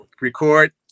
Record